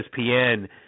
ESPN